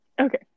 Okay